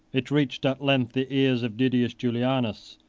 it reached at length the ears of didius julianus,